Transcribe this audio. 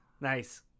nice